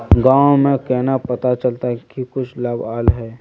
गाँव में केना पता चलता की कुछ लाभ आल है?